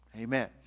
amen